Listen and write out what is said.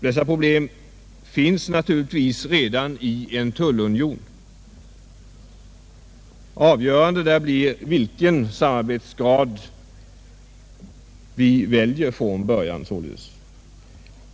Dessa problem finns naturligtvis redan i en tullunion. Avgörande där blir således vilken samarbetsgrad vi väljer från början.